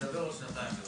נדבר עוד שנתיים.